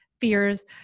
fears